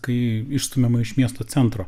kai išstumiama iš miesto centro